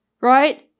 Right